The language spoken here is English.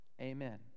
Amen